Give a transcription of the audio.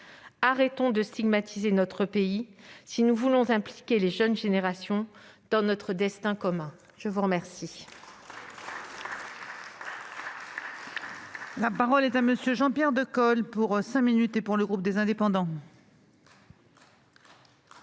Arrêtons de stigmatiser notre pays si nous voulons impliquer les jeunes générations dans notre destin commun ! Très bien